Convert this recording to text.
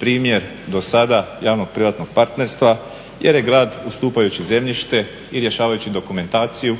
primjer do sada javno-privatno partnerstvo. Jer je grad ustupajući zemljište i rješavajući dokumentaciju